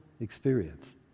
experience